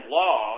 law